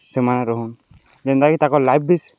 ସେମାନେ ରହୁନ୍ ଯେନ୍ତାକି ତାକର୍ ଲାଇଫ୍ ବି